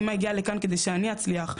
אמא הגיעה לכאן כדי שאני אצליח,